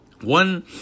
One